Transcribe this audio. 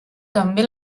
també